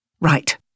Right